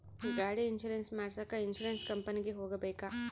ಗಾಡಿ ಇನ್ಸುರೆನ್ಸ್ ಮಾಡಸಾಕ ಇನ್ಸುರೆನ್ಸ್ ಕಂಪನಿಗೆ ಹೋಗಬೇಕಾ?